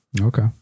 Okay